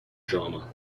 drama